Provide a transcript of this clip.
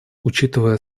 учитывая